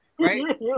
Right